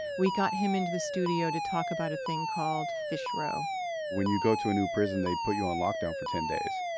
we got him in the studio to talk about a thing called fish row when you go to a new prison, they put you on lockdown for ten days,